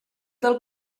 del